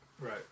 Right